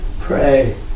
pray